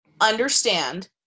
understand